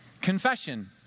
Confession